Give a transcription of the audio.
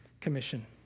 commission